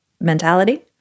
mentality